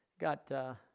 Got